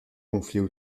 conflits